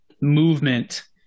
movement